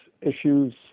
issues